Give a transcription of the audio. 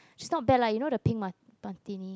she's not bad lah you know the Pink Mar~ Martini